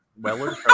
Weller